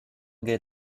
get